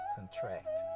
Contract